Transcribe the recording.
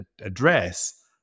address